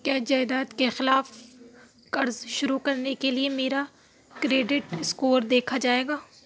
کیا جائیداد کے خلاف قرض شروع کرنے کے لیے میرا کریڈٹ اسکور دیکھا جائے گا